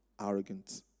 arrogant